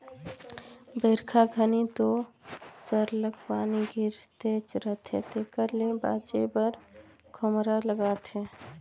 बरिखा घनी दो सरलग पानी गिरतेच रहथे जेकर ले बाचे बर खोम्हरा लागथे